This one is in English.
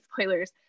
spoilers